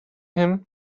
him